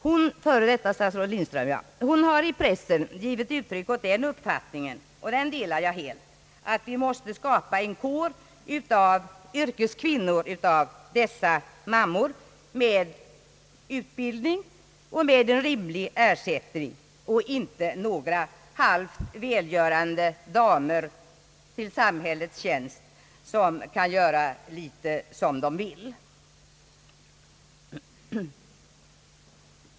Hon har i pressen givit uttryck åt den uppfattningen — som jag helt instämmer i — att vi måste skapa en kår av yrkeskvinnor av dessa mammor med utbildning och med en rimlig ersättning, inte några välgörande damer till samhällets tjänst som kan göra litet som de vill.